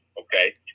okay